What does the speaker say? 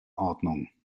ordnung